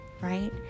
right